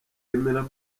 yemera